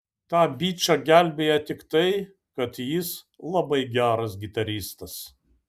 tą bičą gelbėja tik tai kad jis labai geras gitaristas